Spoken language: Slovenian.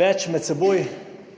Več med seboj